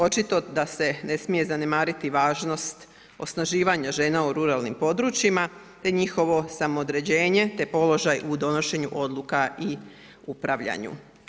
Očito da se ne smije zanemariti važnost osnaživanja žena u ruralnim područjima te njihovo samoodređenje i položaj u donošenju odluka i upravljanju.